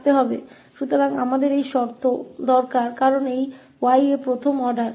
तो हमें एक शर्त की आवश्यकता है क्योंकि यह 𝑦 में पहला आदेश है